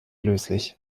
löslich